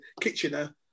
Kitchener